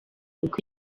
uko